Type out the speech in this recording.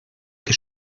que